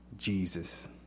Jesus